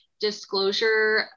disclosure